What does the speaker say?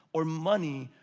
or money,